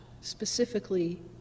specifically